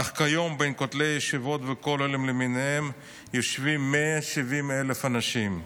אך כיום בין כותלי הישיבות והכוללים למיניהם יושבים 170,000 אנשים,